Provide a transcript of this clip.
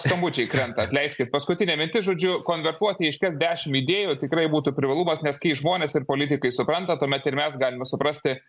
skambučiai krenta atleiskit paskutinė mintis žodžiu konvertuoti išties dešim idėjų tikrai būtų privalumas nes kai žmonės ir politikai supranta tuomet ir mes galime suprasti